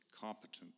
competent